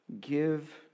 Give